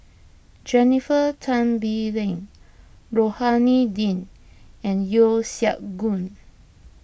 Jennifer Tan Bee Leng Rohani Din and Yeo Siak Goon